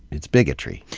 it's bigotry.